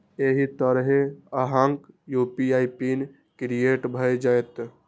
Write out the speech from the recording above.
एहि तरहें अहांक यू.पी.आई पिन क्रिएट भए जाएत